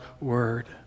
word